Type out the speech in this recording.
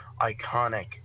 iconic